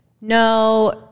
no